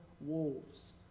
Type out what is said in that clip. wolves